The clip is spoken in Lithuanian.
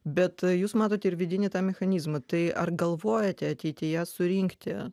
bet jūs matote ir vidinį tą mechanizmą tai ar galvojate ateityje surinkti